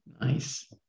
Nice